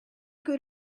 good